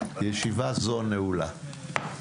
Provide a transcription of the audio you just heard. ישיבה זו נעולה.